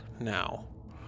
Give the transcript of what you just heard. now